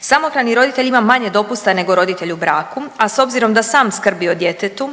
Samohrani roditelj ima manje dopusta nego roditelj u braku, a s obzirom da sam skrbi o djetetu